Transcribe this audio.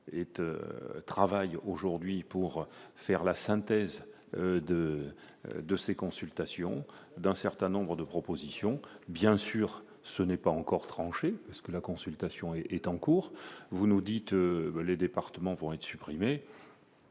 est travaille aujourd'hui pour faire la synthèse de de ses consultations d'un certain nombre de propositions, bien sûr, ce n'est pas encore tranché, ce que la consultation est en cours, vous nous dites : les départements vont être supprimés.